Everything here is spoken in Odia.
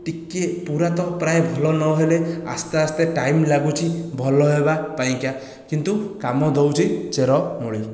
ଟିକେ ପୁରା ତ ପ୍ରାୟ ଭଲ ନହେଲେ ଆସ୍ତେ ଆସ୍ତେ ଟାଇମ୍ ଲାଗୁଛି ଭଲ ହେବା ପାଇଁକା କିନ୍ତୁ କାମ ଦେଉଛି ଚେରମୂଳି